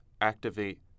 activate